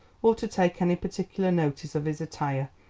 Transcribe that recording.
or to take any particular notice of his attire,